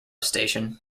station